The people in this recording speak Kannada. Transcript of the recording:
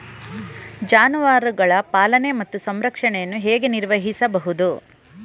ಜಾನುವಾರುಗಳ ಪಾಲನೆ ಮತ್ತು ಸಂರಕ್ಷಣೆಯನ್ನು ಹೇಗೆ ನಿರ್ವಹಿಸಬಹುದು?